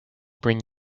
bring